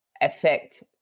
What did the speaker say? affect